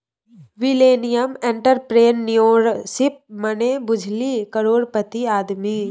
millennial entrepreneurship मने बुझली करोड़पति आदमी